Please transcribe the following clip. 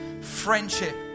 friendship